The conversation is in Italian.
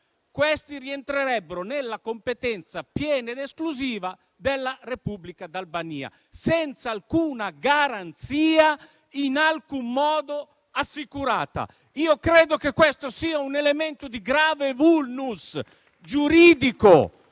essi rientrerebbero nella competenza piena ed esclusiva della Repubblica di Albania, senza alcuna garanzia in alcun modo assicurata. Credo che questo sia un elemento di grave *vulnus* giuridico,